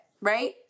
right